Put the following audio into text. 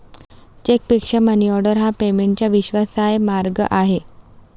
चेकपेक्षा मनीऑर्डर हा पेमेंटचा विश्वासार्ह मार्ग आहे